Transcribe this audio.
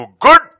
good